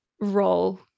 role